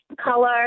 color